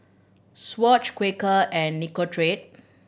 Swatch Quaker and Nicorette